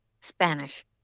Spanish